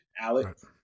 Alex